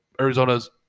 Arizona's